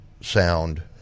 sound